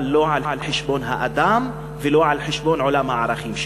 אבל לא על חשבון האדם ולא על חשבון עולם הערכים שלו.